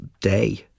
day